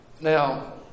Now